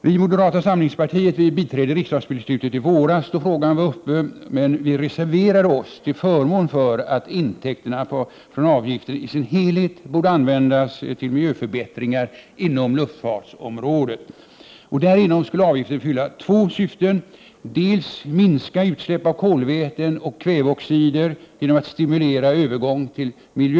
Vi i moderata samlingspartiet biträdde riksdagsbeslutet i våras då frågan var uppe till behandling, men vi reserverade oss till förmån för att intäkterna från avgiften i sin helhet borde användas till miljöförbättringar inom luftfartsområdet. Därigenom skulle avgiften fylla två syften: dels minska utsläppen av kolväten och kväveoxider genom att stimulera övergång till Prot.